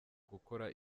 gukora